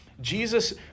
Jesus